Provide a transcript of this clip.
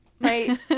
Right